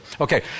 Okay